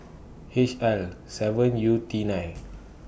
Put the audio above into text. H L seven U T nine